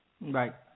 Right